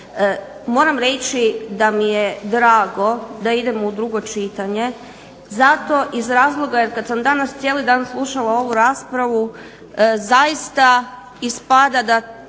Moram reći da mi je drago da idemo u drugo čitanje, zato iz razloga jer kad sam danas cijeli dan slušala ovu raspravu, zaista ispada da